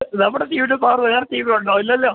നമ്മുടെ ടീമിൻ്റെ പവറ് വേറെ ടീമിനുണ്ടോ ഇല്ലല്ലോ